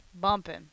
Bumping